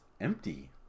empty